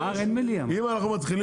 השאלה היא אם זה גם מבחינתך.